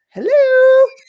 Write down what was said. Hello